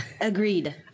Agreed